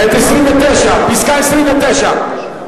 רבותי, מס' 29, מורידה.